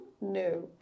No